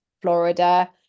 Florida